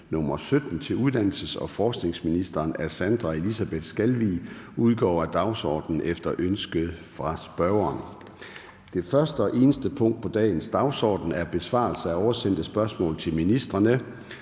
nr. S 81) til uddannelses- og forskningsministeren af fru Sandra Elisabeth Skalvig (LA) udgår af dagsordenen efter ønske fra spørgeren. --- Det eneste punkt på dagsordenen er: 1) Besvarelse af oversendte spørgsmål til ministrene